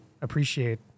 appreciate